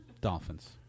Dolphins